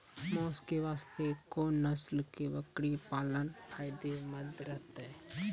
मांस के वास्ते कोंन नस्ल के बकरी पालना फायदे मंद रहतै?